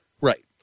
Right